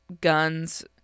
guns